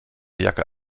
jacke